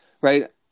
right